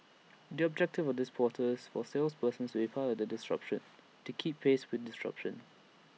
the objective of this portal is for salespeople to be part the disruption to keep pace with disruption